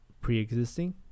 pre-existing